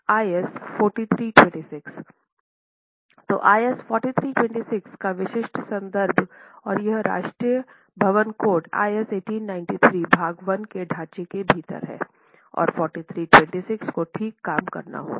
तो IS 4326 का विशिष्ट संदर्भ और यह राष्ट्रीय भवन कोड IS 1893 भाग 1 के ढांचे के भीतर है और 4326 को ठीक काम करना होगा